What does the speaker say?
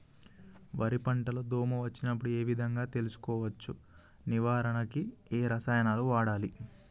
వరి పంట లో దోమ వచ్చినప్పుడు ఏ విధంగా తెలుసుకోవచ్చు? నివారించడానికి ఏ రసాయనాలు వాడాలి?